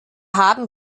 haben